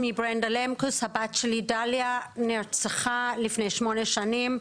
הבת שלי דליה נרצחה לפני שמונה שנים,